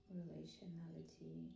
relationality